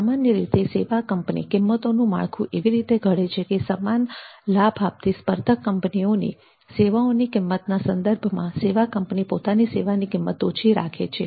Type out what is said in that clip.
સામાન્ય રીતે સેવા કંપની કિંમતોનું માળખું એવી રીતે ઘડે છે કે સમાન લાભ આપતી સ્પર્ધક કંપનીઓની સેવાઓની કિંમતના સંદર્ભમાં સેવા કંપની પોતાની સેવાની કિંમત ઓછી રાખે છે